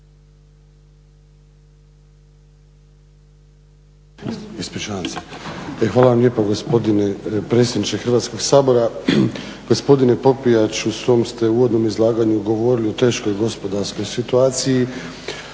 hvala vam lijepa gospodine predsjedniče Hrvatskog sabora. Gospodine Popijač, u svom ste uvodnom izlaganju govorili o teškoj gospodarskoj situaciji